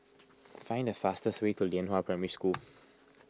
find the fastest way to Lianhua Primary School